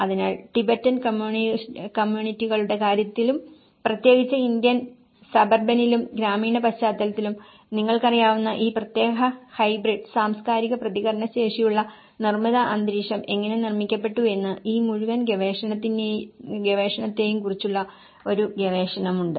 അതിനാൽ ടിബറ്റൻ കമ്മ്യൂണിറ്റികളുടെ കാര്യത്തിലും പ്രത്യേകിച്ച് ഇന്ത്യൻ സബർബനിലും ഗ്രാമീണ പശ്ചാത്തലത്തിലും നിങ്ങൾക്ക് അറിയാവുന്ന ഈ പ്രത്യേക ഹൈബ്രിഡ് സാംസ്കാരിക പ്രതികരണശേഷിയുള്ള നിർമ്മിത അന്തരീക്ഷം എങ്ങനെ നിർമ്മിക്കപ്പെട്ടുവെന്ന് ഈ മുഴുവൻ ഗവേഷണത്തെയും കുറിച്ചുള്ള ഒരു ഗവേഷണമുണ്ട്